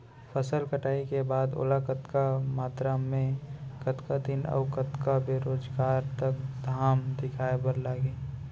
फसल कटाई के बाद ओला कतका मात्रा मे, कतका दिन अऊ कतका बेरोजगार तक घाम दिखाए बर लागही?